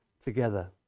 together